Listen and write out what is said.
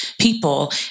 people